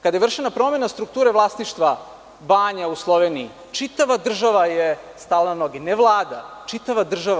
Kada je vršena promena strukture vlasništva banja u Sloveniji čitava država je stala na noge, ne Vlada, već čitava država.